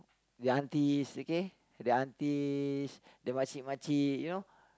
the aunties okay the aunties the makcik-makcik you know